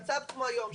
מצב כמו היום,